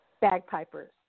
bagpipers